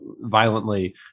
violently